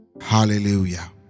hallelujah